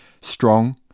strong